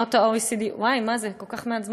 מדינות ה-OECD כל כך מעט זמן?